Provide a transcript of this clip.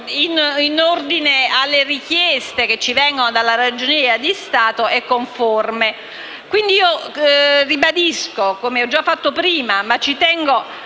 in ordine alle richieste che ci vengono dalla Ragioneria dello Stato, è conforme. Io ribadisco, come ho già fatto prima (ma ci tengo